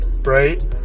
right